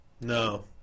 No